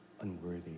unworthy